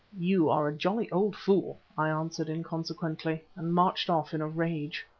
you are a jolly old fool! i answered inconsequently and marched off in a rage.